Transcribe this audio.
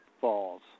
falls